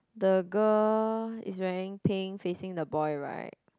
the girl is wearing pink facing the boy right